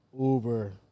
Uber